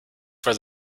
for